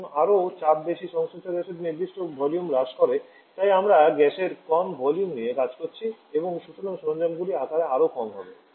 এবং আরও চাপ বেশি সংশ্লিষ্ট গ্যাসের নির্দিষ্ট ভলিউম হ্রাস করে তাই আমরা গ্যাসের কম ভলিউম নিয়ে কাজ করেছি এবং সুতরাং সরঞ্জামগুলির আকার আরও কম হবে